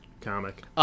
comic